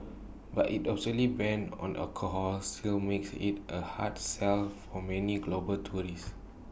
but its absolute ban on alcohol still makes IT A hard sell for many global tourists